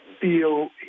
Feel